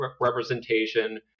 representation